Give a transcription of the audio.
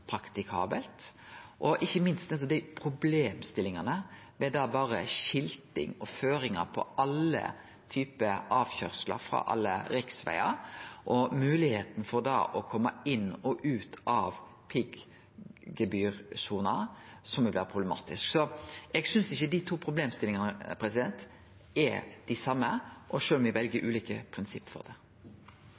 Ikkje minst ville problemstillingane med skilting og føringar på alle typar avkøyringar frå alle riksvegar og moglegheita for å kome inn og ut av piggdekkgebyrsona ha vore problematiske. Eg synest ikkje dei to problemstillingane er dei same, så me vel ulike prinsipp for